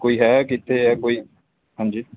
ਕੋਈ ਹੈ ਕਿੱਥੇ ਹੈ ਕੋਈ ਹਾਂਜੀ